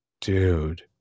Dude